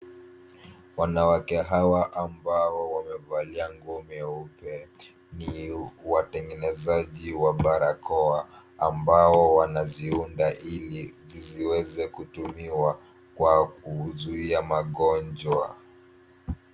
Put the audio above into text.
Wanawake hawa ambao wamevalia nguo meupe ni watengenezaji wa barakoa ambao wanaziunda ili zisiweze kutumiwa kwa kuzuia magonjwa.